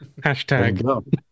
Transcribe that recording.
Hashtag